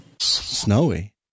Snowy